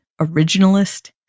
originalist